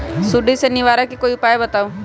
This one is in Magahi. सुडी से निवारक कोई उपाय बताऊँ?